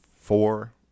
four